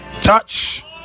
touch